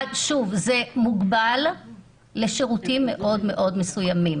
אבל, שוב, זה מוגבל לשירותים מאוד מסוימים.